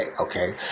Okay